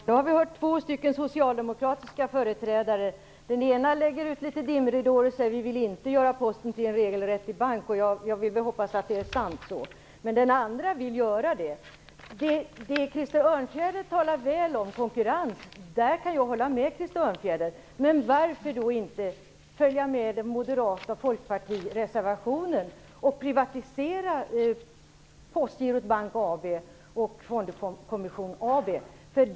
Fru talman! Nu har vi hört två socialdemokratiska företrädare. Den ena lägger ut litet dimridåer och säger sig inte vilja göra Posten till en regelrätt bank, vilket jag hoppas är sant. Men den andra vill däremot göra det. Det som Krister Örnfjäder talar väl om, konkurrens, kan jag hålla med honom om. Men varför då inte stödja reservationen från Moderaterna och Folkpartiet om att privatisera Postgirot Bank AB och Posten Fondkommission AB?